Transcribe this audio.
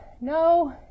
no